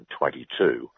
2022